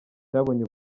cyabonye